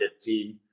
team